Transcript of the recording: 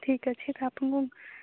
ଠିକ୍ ଅଛି ତ ଆପଣଙ୍କୁ